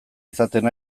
izaten